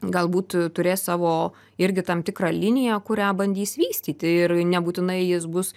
galbūt turės savo irgi tam tikrą liniją kurią bandys vystyti ir nebūtinai jis bus